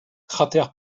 cratère